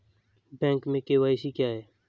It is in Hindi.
बैंक में के.वाई.सी क्या है?